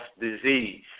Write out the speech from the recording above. disease